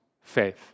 faith